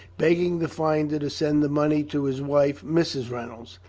begging the finder to send the money to his wife, mrs. reynolds.